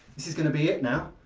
this is going to be it now.